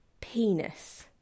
penis